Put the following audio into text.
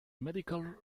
medical